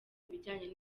ibijyanye